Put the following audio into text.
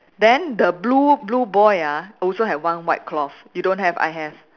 then the blue blue boy ah also have one white cloth you don't have I have